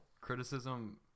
criticism –